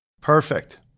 Perfect